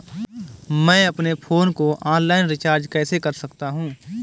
मैं अपने फोन को ऑनलाइन रीचार्ज कैसे कर सकता हूं?